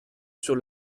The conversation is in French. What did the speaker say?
sur